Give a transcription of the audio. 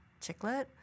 Chiclet